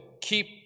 keep